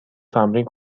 تمرین